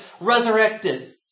resurrected